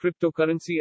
cryptocurrency